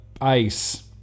ice